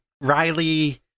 Riley